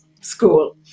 school